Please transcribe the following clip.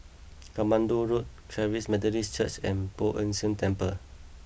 Katmandu Road Charis Methodist Church and Poh Ern Shih Temple